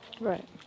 Right